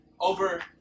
over